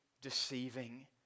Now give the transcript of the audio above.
deceiving